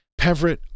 Peverett